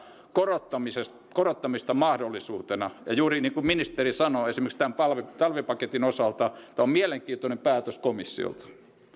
korottamista korottamista mahdollisuutena ja juuri niin kuin ministeri sanoi esimerkiksi tämän talvipaketin osalta tämä on mielenkiintoinen päätös komissiolta